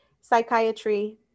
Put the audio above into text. psychiatry